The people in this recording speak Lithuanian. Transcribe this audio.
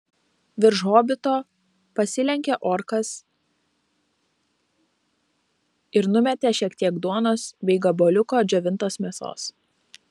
virš hobito pasilenkė orkas ir numetė šiek tiek duonos bei gabaliuką džiovintos mėsos